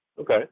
Okay